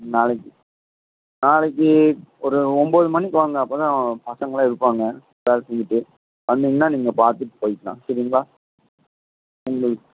நாளைக்கு நாளைக்கு ஒரு ஒன்போது மணிக்கு வாங்க அப்போ தான் பசங்களெலாம் இருப்பாங்க வேலை செஞ்சுட்டு வந்தீங்கன்னால் நீங்கள் பார்த்துட்டு போயிக்கலாம் சரிங்களா